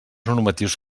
normatius